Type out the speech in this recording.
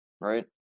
Right